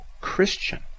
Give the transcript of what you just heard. Christian